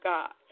God